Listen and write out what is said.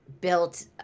built